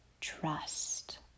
Trust